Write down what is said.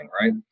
right